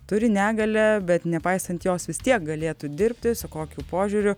turi negalią bet nepaisant jos vis tiek galėtų dirbti su kokiu požiūriu